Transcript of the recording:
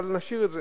אבל נשאיר את זה.